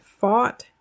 fought